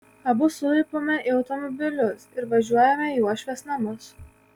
abu sulipame į automobilius ir važiuojame į uošvės namus